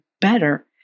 better